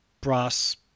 brass